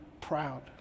proud